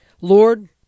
Lord